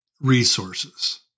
resources